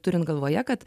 turint galvoje kad